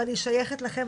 אבל היא שייכת לכם,